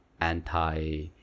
anti